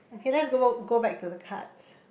okay let's go go back to the cards